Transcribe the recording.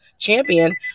champion